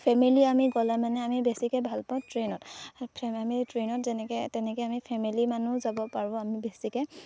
family আমি গ'লে মানে আমি বেছিকৈ ভাল পাওঁ ট্ৰেইনত আমি ট্ৰেইনত যেনেকৈ তেনেকৈ আমি ফেমিলি মানুহ যাব পাৰোঁ আমি বেছিকৈ